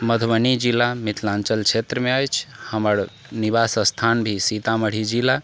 मधुबनी जिला मिथिलाञ्चल क्षेत्रमे अछि हमर निवास स्थान भी सीतामढ़ी जिला